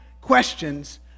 questions